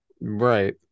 Right